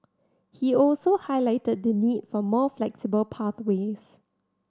he also highlighted the need for more flexible pathways